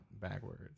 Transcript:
backwards